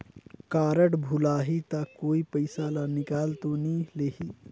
Card भुलाही ता कोई पईसा ला निकाल तो नि लेही?